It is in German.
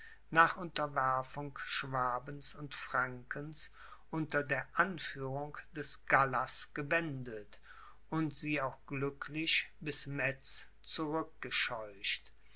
nach unterwerfung schwabens und frankens unter der anführung des gallas gewendet und sie auch glücklich bis